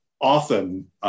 often